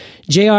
jr